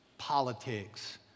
politics